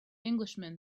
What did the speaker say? englishman